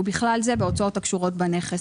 'ובכלל זה בהוצאות הקשורות בנכס'.